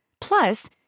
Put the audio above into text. Plus